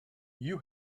you